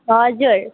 हजुर